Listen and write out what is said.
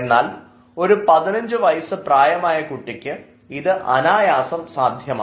എന്നാൽ ഒരു 15 വയസ്സ് പ്രായമായ ഒരു കുട്ടിക്ക് ഇത് അനായാസം സാധ്യമാണ്